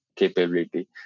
Capability